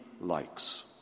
Likes